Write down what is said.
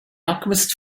alchemist